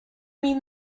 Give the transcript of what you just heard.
mean